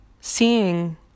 Seeing